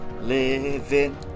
Living